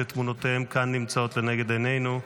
שתמונותיהם כאן נמצאות לנגד עינינו,